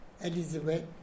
Elizabeth